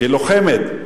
כלוחמת,